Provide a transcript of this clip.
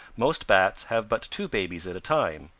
most bats have but two babies at a time,